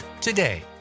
today